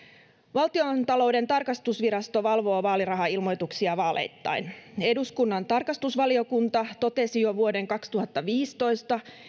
valtiontalouden tarkastusvirasto valvoo vaalirahailmoituksia vaaleittain eduskunnan tarkastusvaliokunta totesi jo vuoden kaksituhattaviisitoista